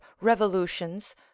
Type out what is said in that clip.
revolutions